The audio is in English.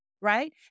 right